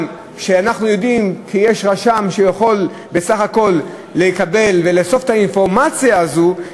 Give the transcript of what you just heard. אנחנו יודעים שיש רשם שיכול בסך הכול לקבל ולאסוף את האינפורמציה הזאת,